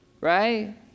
Right